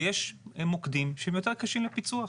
ויש מוקדים שהם יותר קשים לפיצוח.